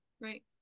right